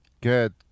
good